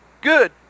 good